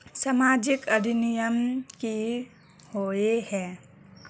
सामाजिक अधिनियम की होय है?